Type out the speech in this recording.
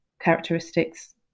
characteristics